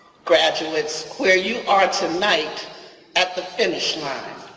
graduates, where you are tonight at the finish line.